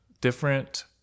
different